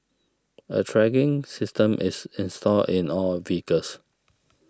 a tracking system is installed in all vehicles